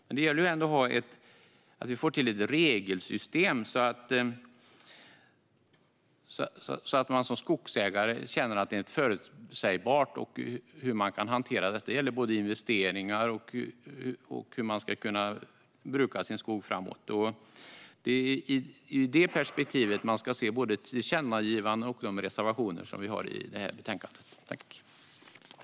Men det gäller ändå att vi får till ett regelsystem så att man som skogsägare känner att det är förutsägbart hur man ska hantera detta. Det gäller både investeringar och hur man ska kunna bruka sin skog framåt. Det är i detta perspektiv man ska se både de tillkännagivanden och de reservationer vi har i betänkandet.